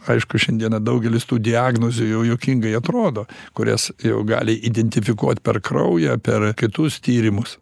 aišku šiandieną daugelis tų diagnozių jau juokingai atrodo kurias jau gali identifikuot per kraują per kitus tyrimus